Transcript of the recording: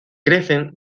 crecen